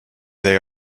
they